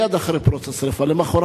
מייד אחרי פרוץ השרפה,